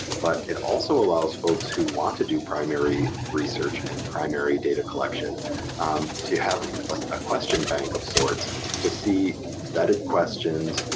but it also allows folks who want to do primary research and primary data collection to have a question bank of sorts to see vetted questions.